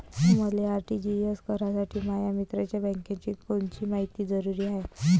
मले आर.टी.जी.एस करासाठी माया मित्राच्या बँकेची कोनची मायती जरुरी हाय?